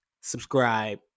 subscribe